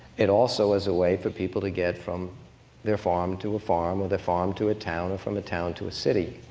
it also was a way for people to get from their farm to a farm, or their farm to a town, or from a town to a city.